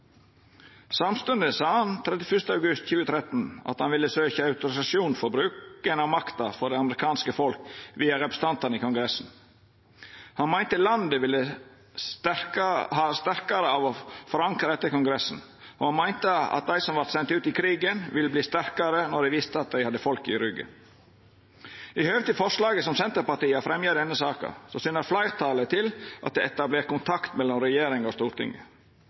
Samstundes sa han 31. august 2013 at han ville søkja autorisasjon for bruken av makt frå det amerikanske folket via representantane i Kongressen. Han meinte landet ville stå sterkare av å forankra dette i Kongressen, og han meinte at dei som vart sende ut i krigen, ville verta sterkare når dei visste at dei hadde folket i ryggen. I høve til forslaget som Senterpartiet har fremja i denne saka, syner fleirtalet til at det er etablert kontakt mellom regjering og